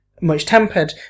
much-tempered